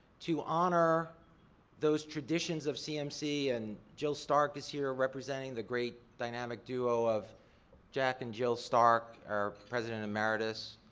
to honor those traditions of cmc and jill stark is here representing the great, dynamic duo of jack and jill stark, our president emeritus.